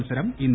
മത്സരം ഇന്ന്